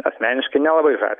asmeniškai nelabai žavi